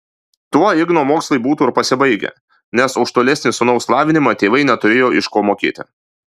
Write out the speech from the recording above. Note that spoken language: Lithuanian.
tuo igno mokslai būtų ir pasibaigę nes už tolesnį sūnaus lavinimą tėvai neturėjo iš ko mokėti